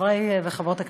חברי וחברות הכנסת,